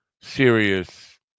serious